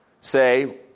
say